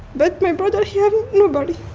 but my brother, he have nobody.